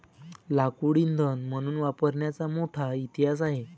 लाकूड इंधन म्हणून वापरण्याचा मोठा इतिहास आहे